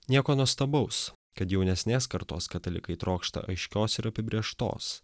nieko nuostabaus kad jaunesnės kartos katalikai trokšta aiškios ir apibrėžtos